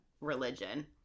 religion